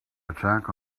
attack